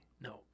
No